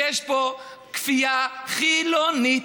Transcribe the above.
יש פה כפייה חילונית.